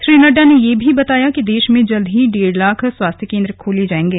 श्री नड्डा ने यह भी बताया कि देश में जल्दं ही डेढ़ लाख स्वास्थ्य केन्द्र खोले जाएंगे